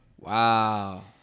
Wow